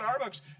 Starbucks